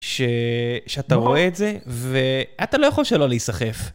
שאתה רואה את זה, ואתה לא יכול שלא להיסחף.